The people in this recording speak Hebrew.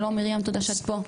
שלום מרים, תודה שאת פה.